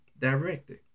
directed